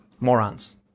morons